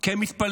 כי הם מתפללים.